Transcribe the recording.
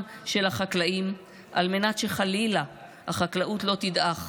של החקלאים על מנת שחלילה החקלאות לא תדעך,